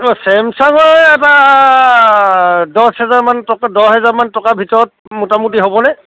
অ চেমছাঙৰ এটা দহ হেজাৰমান টকা দহ হেজাৰমান টকাৰ ভিতৰত মোটামুটি হ'বনে